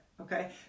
okay